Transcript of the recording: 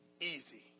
easy